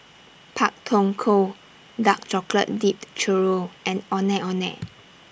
Pak Thong Ko Dark Chocolate Dipped Churro and Ondeh Ondeh